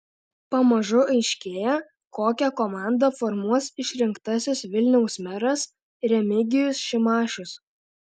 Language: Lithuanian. pamažu aiškėja kokią komandą formuos išrinktasis vilniaus meras remigijus šimašius